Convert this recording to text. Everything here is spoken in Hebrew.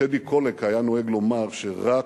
טדי קולק היה נוהג לומר שרק,